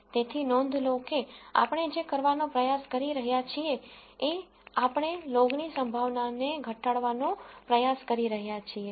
તેથી નોંધ લો કે આપણે જે કરવાનો પ્રયાસ કરી રહ્યા છીએ એ આપણે લોગની સંભાવનાને ઘટાડવાનો પ્રયાસ કરી રહ્યાં છીએ